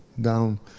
down